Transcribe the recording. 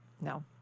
no